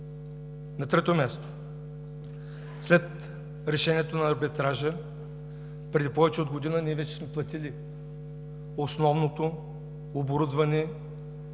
На трето място, след решението на Арбитража, преди повече от година ние вече сме платили основното оборудване с